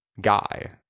guy